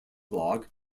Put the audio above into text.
blog